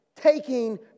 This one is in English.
taking